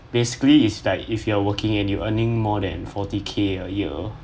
basically it's like if you're working and you earning more than forty K a year